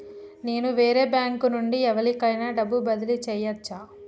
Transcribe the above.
నేను వేరే బ్యాంకు నుండి ఎవలికైనా డబ్బు బదిలీ చేయచ్చా?